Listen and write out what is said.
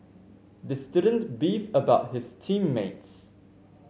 the student beefed about his team mates